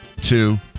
two